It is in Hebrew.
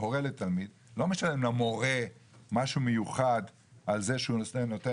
משלם למורה משהו מיוחד על זה שהוא נותן